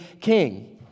king